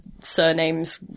surnames